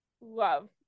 love